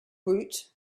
woot